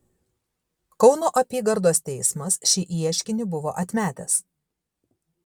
kauno apygardos teismas šį ieškinį buvo atmetęs